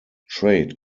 trade